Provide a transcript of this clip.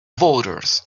voters